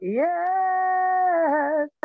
yes